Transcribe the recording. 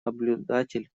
наблюдатель